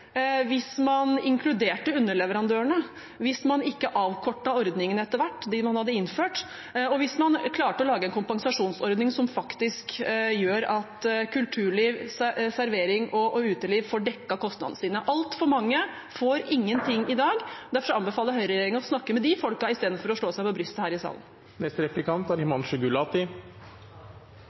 hvis man inkluderte underleverandørene, hvis man ikke etter hvert avkortet de ordningene man hadde innført, og hvis man klarte å lage en kompensasjonsordning som faktisk gjør at kulturliv, servering og uteliv får dekket kostnadene sine. Altfor mange får ingenting i dag. Derfor anbefaler jeg høyreregjeringen å snakke med disse folkene istedenfor å slå seg på brystet her i salen. Forrige replikant